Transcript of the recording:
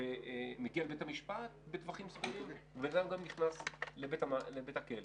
ומגיעים לבית המשפט בטווחים סבירים והוא נכנס לבית הכלא.